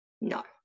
no